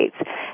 states